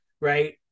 right